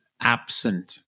absent